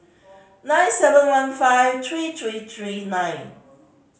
nine seven one five three three three nine